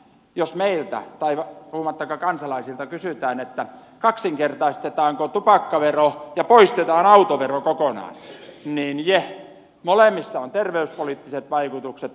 jos meiltä kansalaisista puhumattakaan kysytään kaksinkertaistetaanko tupakkavero ja poistetaan autovero kokonaan niin jeh molemmissa on terveyspoliittiset vaikutukset